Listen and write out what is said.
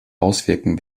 auswirken